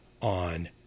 on